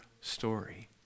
story